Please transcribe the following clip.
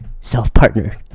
self-partner